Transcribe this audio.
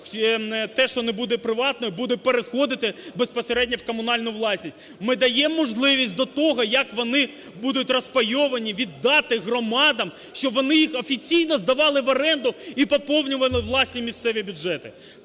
те, що не буде приватною, буде переходити безпосередньо в комунальну власність. Ми даємо можливість до того, як вони будуть розпайовані, віддати громадам, щоб вони їх офіційно здавали в оренду і поповнювали власні місцеві бюджети.